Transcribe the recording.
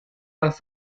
las